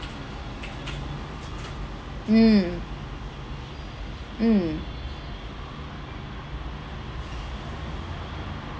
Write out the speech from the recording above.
mm mm